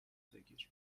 بگیر